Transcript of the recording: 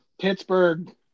Pittsburgh